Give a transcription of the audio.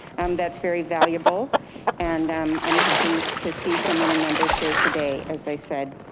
that's very valuable and i'm happy to see so many members here today as i said.